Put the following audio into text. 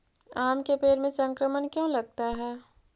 आम के पेड़ में संक्रमण क्यों लगता है?